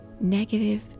negative